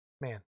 man